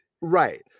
Right